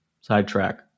Sidetrack